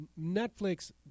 Netflix